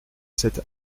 cette